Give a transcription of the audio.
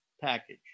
package